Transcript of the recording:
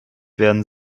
werden